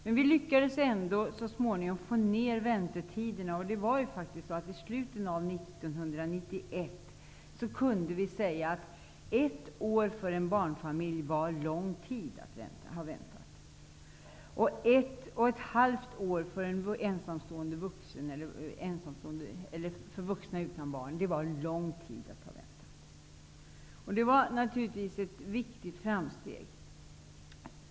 Men vi lyckades ändå så småningom få ner väntetiderna. I slutet av 1991 kunde vi säga att ett år var lång tid att ha väntat för en barnfamilj. Ett och ett halvt år var lång tid att ha väntat för vuxna utan barn. Det var naturligtvis ett viktigt framsteg.